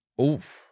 Oof